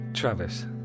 Travis